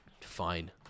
Fine